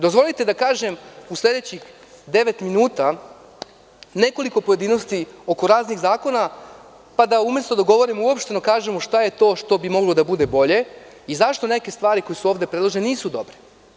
Dozvolite da kažem u sledećih devet minuta nekoliko pojedinosti oko raznih zakona, pa da umesto da govorimo uopšteno, kažemo šta je to što bi moglo da bude bolje i zašto neke stvari koje su ovde predložene, nisu dobre.